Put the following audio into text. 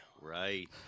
right